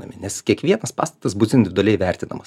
nes kiekvienas pastatas bus individualiai vertinamas